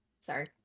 Sorry